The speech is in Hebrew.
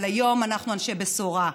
אבל היום אנחנו אנשי בשורה.